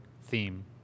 theme